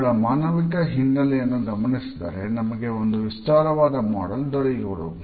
ಇವುಗಳ ಮಾನವಿಕ ಹಿನ್ನಲೆಯನ್ನು ಗಮನಿಸಿದರೆ ನಮಗೆ ಒಂದು ವಿಸ್ತಾರವಾದ ಮಾಡೆಲ್ ದೊರೆಯುವುದು